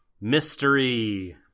Mystery